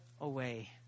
away